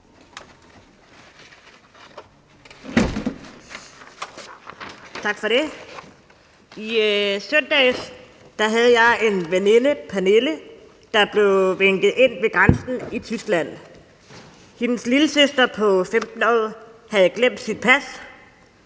Tak for det. I søndags blev en af mine veninder, Pernille, vinket ind ved grænsen til Tyskland. Hendes lillesøster på 15 år havde glemt sit pas.